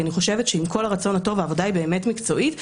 כי אני חושבת שעם כל הרצון הטוב והעבודה היא באמת מקצועית,